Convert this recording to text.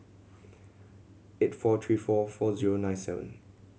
eight four three four four zero nine seven